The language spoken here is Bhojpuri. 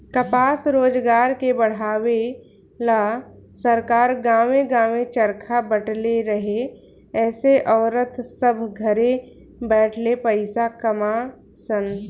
कपास रोजगार के बढ़ावे ला सरकार गांवे गांवे चरखा बटले रहे एसे औरत सभ घरे बैठले पईसा कमा सन